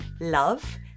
love